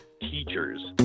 teachers